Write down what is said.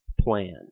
plan